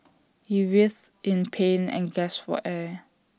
he writhed in pain and gasped for air